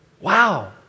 Wow